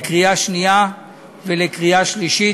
בקריאה שנייה ובקריאה שלישית.